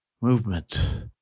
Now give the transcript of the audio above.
movement